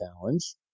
challenge